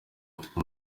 mfite